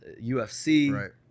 UFC